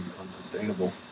unsustainable